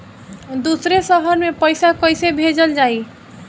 दूसरे शहर में पइसा कईसे भेजल जयी?